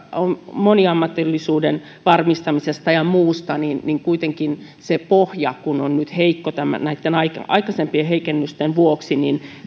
moniammatillisuuden varmistamisesta ja muusta niin niin kuitenkin se pohja on nyt heikko näitten aikaisempien heikennysten vuoksi